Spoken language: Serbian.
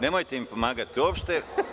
Nemojte mi pomagati uopšte.